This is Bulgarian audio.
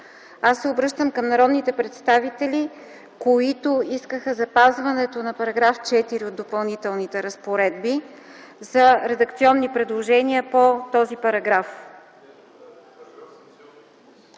Аз се обръщам към народните представители, които искаха запазването на § 4 от Допълнителните разпоредби, за редакционни предложения по този параграф.